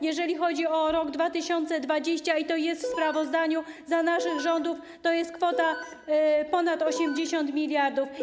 Jeżeli chodzi o rok 2020, i to jest w sprawozdaniu, za naszych rządów to jest kwota ponad 80 mld.